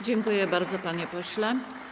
Dziękuję bardzo, panie pośle.